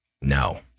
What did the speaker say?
no